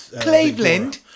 Cleveland